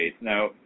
Now